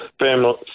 family